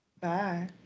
Bye